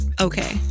okay